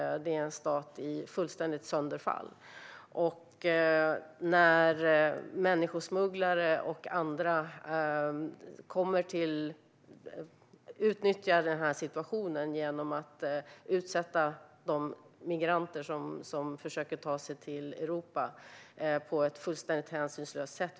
Det är en stat i fullständigt sönderfall. Människosmugglare och andra utnyttjar situationen genom att utsätta de migranter som försöker ta sig till Europa på ett fullständigt hänsynslöst sätt.